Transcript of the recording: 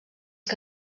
que